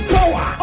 Power